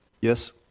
Yes